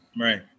Right